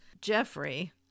Jeffrey